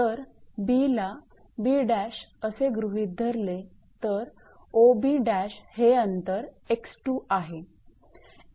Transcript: जर 𝐵 ला 𝐵′ असे गृहीत धरले तर 𝑂𝐵′ हे अंतर 𝑥2 आहे